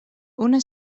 una